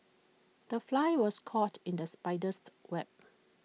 the fly was caught in the spider's web